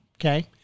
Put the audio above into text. okay